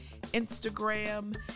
Instagram